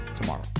tomorrow